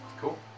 Cool